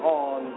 on